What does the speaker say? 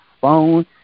phone